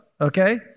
okay